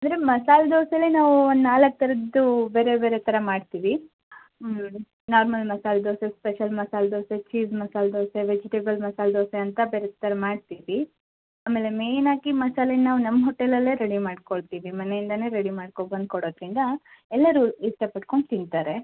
ಅಂದರೆ ಮಸಾಲೆ ದೋಸೇಲೆ ನಾವು ಒಂದು ನಾಲ್ಕು ಥರದ್ದು ಬೇರೆ ಬೇರೆ ಥರ ಮಾಡ್ತೀವಿ normal masala dosa special masala dosa cheese masala dosa vegetable masala dosa ಅಂತ ಬೇರೆ ಥರ ಮಾಡ್ತೀವಿ ಅಮೇಲೆ ಮೇಯ್ನಾಗಿ ಮಸಾಲೆ ನಾವು ನಮ್ಮ ಹೋಟೆಲಲ್ಲೇ ರೆಡಿ ಮಾಡ್ಕೊಳ್ತಿವಿ ಮನೆಯಿಂದನೇ ರೆಡಿ ಮಾಡ್ಕೊಬಂದು ಕೊಡೋದ್ರಿಂದ ಎಲ್ಲರು ಇಷ್ಟಪಡ್ಕೊಂಡು ತಿಂತಾರೆ